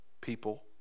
people